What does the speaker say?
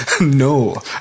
No